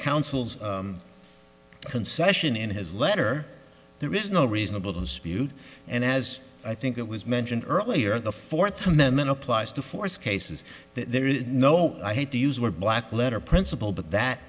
council's concession in his letter there is no reasonable dispute and as i think it was mentioned earlier the fourth amendment applies to force cases there is no i hate to use were black letter principle